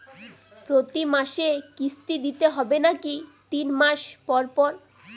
প্রতিমাসে কিস্তি দিতে হবে নাকি তিন মাস পর পর?